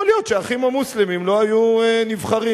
יכול להיות ש"האחים המוסלמים" לא היו נבחרים.